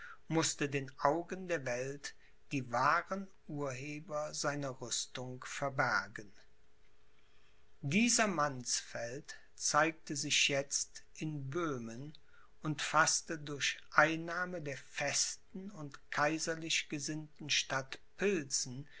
mußte den augen der welt die wahren urheber seiner rüstung verbergen dieser mannsfeld zeigte sich jetzt in böhmen und faßte durch einnahme der festen und kaiserlich gesinnten stadt pilsen